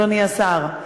אדוני השר,